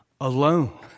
Alone